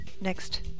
next